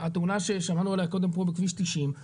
התאונה ששמענו עליה קודם פה בכביש 90,